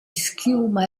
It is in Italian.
schiuma